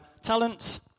talents